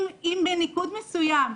אם בניקוד מסוים,